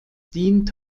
dient